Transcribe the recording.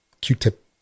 Q-tip